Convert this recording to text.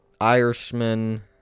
Irishman